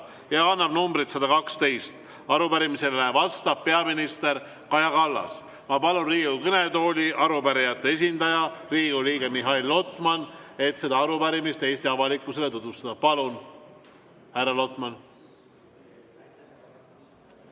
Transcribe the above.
ja kannab numbrit 112. Arupärimisele vastab peaminister Kaja Kallas. Ma palun Riigikogu kõnetooli arupärijate esindajana Riigikogu liikme Mihhail Lotmani, et seda arupärimist Eesti avalikkusele tutvustada. Palun, härra Lotman!